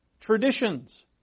traditions